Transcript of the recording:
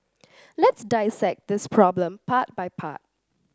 let's dissect this problem part by part